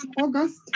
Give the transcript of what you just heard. August